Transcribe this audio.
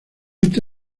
este